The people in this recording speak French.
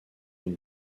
une